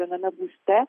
viename būste